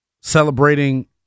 celebrating